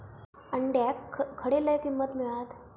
अंड्याक खडे लय किंमत मिळात?